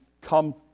come